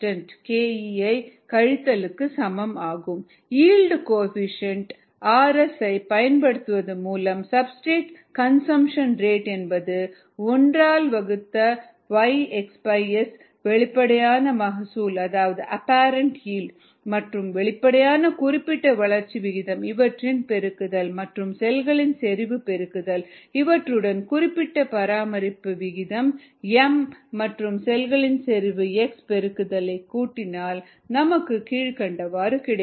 𝑟𝑥 𝜇𝐴 𝑥 𝜇𝑇 − 𝑘𝑒𝑥 yield coefficient rs ஐ பயன்படுத்துவதன் மூலம் சப்ஸ்டிரேட் கன்சம்ப்ஷன் ரேட் என்பது 1 வகுத்தல் Yxs வெளிப்படையான மகசூல் அதாவது அப்பரெண்ட் ஈல்டு மற்றும் வெளிப்படையான குறிப்பிட்ட வளர்ச்சி விகிதம் இவற்றின் பெருக்குதல் மற்றும் செல்களின் செறிவு பெருக்குதல் இவற்றுடன் குறிப்பிட்ட பராமரிப்பு வீதம் m மற்றும் செல்களின் செறிவு பெருக்குதலை கூட்டினால் நமக்கு கீழ்க்கண்டவாறு கிடைக்கும்